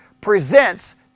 presents